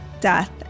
Death